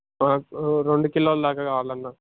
ఓ రెండు కిలోల దాక కావాలన్న